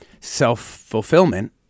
self-fulfillment